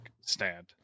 stand